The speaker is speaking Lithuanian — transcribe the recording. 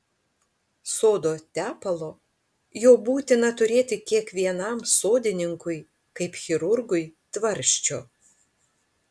sodo tepalo jo būtina turėti kiekvienam sodininkui kaip chirurgui tvarsčio